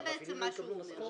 זה בעצם מה שהוא אומר.